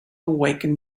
awaken